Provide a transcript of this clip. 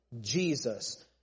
Jesus